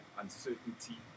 uncertainty